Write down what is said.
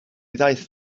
ddaeth